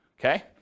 Okay